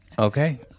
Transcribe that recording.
Okay